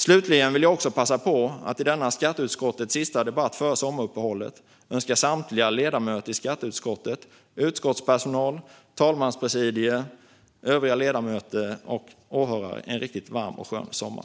Slutligen vill jag passa på att i denna skatteutskottets sista debatt före sommaruppehållet önska samtliga ledamöter i skatteutskottet, utskottspersonal, talmanspresidiet och alla övriga ledamöter och åhörare en riktigt varm och skön sommar!